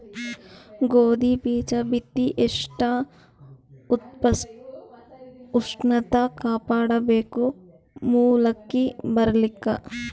ಗೋಧಿ ಬೀಜ ಬಿತ್ತಿ ಎಷ್ಟ ಉಷ್ಣತ ಕಾಪಾಡ ಬೇಕು ಮೊಲಕಿ ಬರಲಿಕ್ಕೆ?